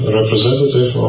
representative